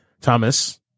Thomas